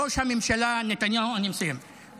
אני מסיים.